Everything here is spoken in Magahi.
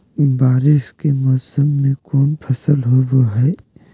बारिस के मौसम में कौन फसल होबो हाय?